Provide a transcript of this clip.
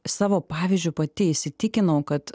savo pavyzdžiu pati įsitikinau kad